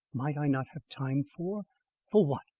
might i not have time for for what?